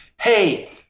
hey